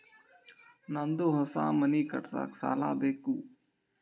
ನಂದು ಹೊಸ ಮನಿ ಕಟ್ಸಾಕ್ ಸಾಲ ಬೇಕು